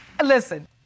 Listen